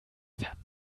vermeiden